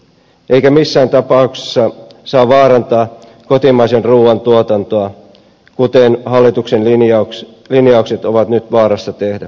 eikä missään tapauksessa saa vaarantaa kotimaisen ruuan tuotantoa kuten hallituksen linjaukset ovat nyt vaarassa tehdä